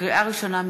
לקריאה ראשונה,